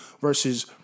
versus